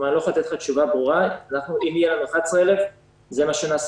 כלומר אני לא יכול לתת לך תשובה ברורה: אם יהיו לנו 11,000 זה מה שנעשה,